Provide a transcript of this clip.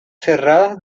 cerradas